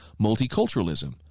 multiculturalism